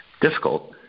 difficult